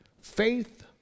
faith